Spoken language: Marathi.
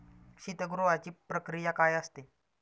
शीतगृहाची प्रक्रिया काय असते?